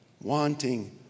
wanting